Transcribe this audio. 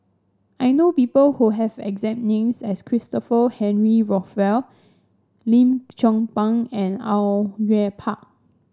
I know people who have exact names as Christopher Henry Rothwell Lim Chong Pang and Au Yue Pak